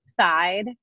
side